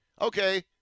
Okay